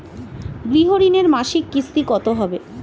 গৃহ ঋণের মাসিক কিস্তি কত হবে?